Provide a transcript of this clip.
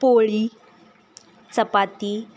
पोळी चपाती